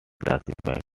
classified